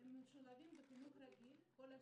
הן משולבות בחינוך רגיל במשך כל השנים.